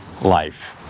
life